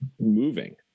moving